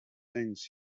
things